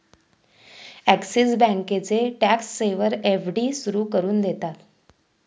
axis बँकेचे tax saver FD सुरू करून देतात